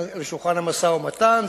לשולחן המשא-ומתן.